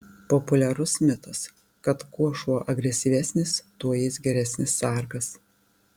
populiarus mitas kad kuo šuo agresyvesnis tuo jis geresnis sargas